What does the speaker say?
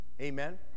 Amen